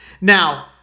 Now